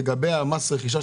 לגבי מס הרכישה,